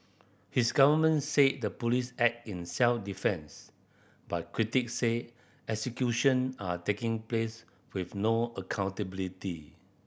his government say the police act in self defence but critics say executions are taking place with no accountability